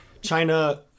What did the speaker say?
China